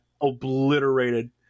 obliterated